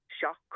shock